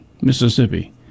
Mississippi